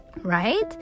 right